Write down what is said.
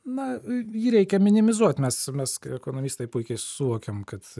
na jį reikia minimizuot mes mes ekonomistai puikiai suvokiam kad